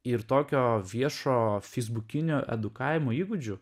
ir tokio viešo feisbukinio edukavimo įgūdžių